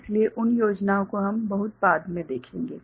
इसलिए उन योजनाओं को हम बहुत बाद में देखेंगे